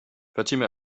fatima